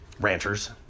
ranchers